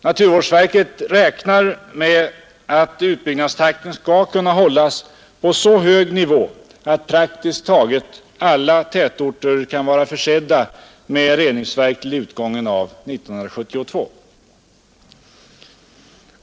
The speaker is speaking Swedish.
Naturvårdsverket räknar dock med att utbyggnadstakten skall kunna hållas på så hög nivå att praktiskt taget alla tätorter kan vara försedda med reningsverk till utgången av år 1972.